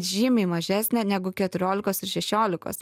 žymiai mažesnė negu keturiolikos ir šešiolikos